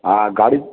হ্যাঁ গাড়ি